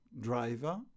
driver